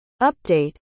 update